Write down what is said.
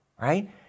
right